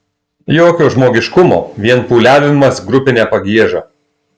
jokio žmogiškumo vien pūliavimas grupine pagieža